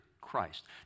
Christ